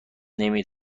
نمی